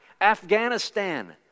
Afghanistan